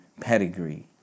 pedigree